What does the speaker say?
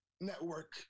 network